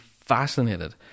fascinated